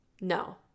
No